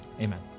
Amen